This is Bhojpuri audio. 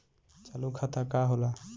चालू खाता का होला?